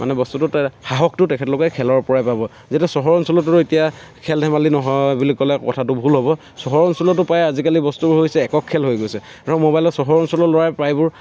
মানে বস্তুটো সাহসটো তেখেতলোকে খেলৰ পৰাই পাব যেতিয়া চহৰ অঞ্চলতো এতিয়া খেল ধেমালি নহয় বুলি ক'লে কথাটো ভুল হ'ব চহৰ অঞ্চলতো প্ৰায় আজিকালি বস্তুবোৰ হৈছে একক খেল হৈ গৈছে ধৰক ম'বাইলত চহৰ অঞ্চলৰ ল'ৰাই প্ৰায়বোৰ